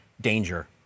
danger